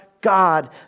God